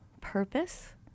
purpose